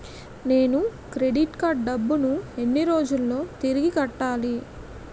నేను credit card డబ్బును ఎన్ని రోజుల్లో తిరిగి కట్టాలి?